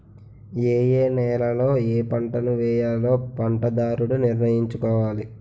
ఏయే నేలలలో ఏపంటలను వేయాలో పంటదారుడు నిర్ణయించుకోవాలి